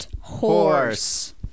Horse